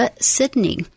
Sydney